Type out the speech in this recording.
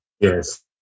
Yes